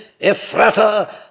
Ephrata